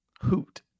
Hoot